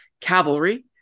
Cavalry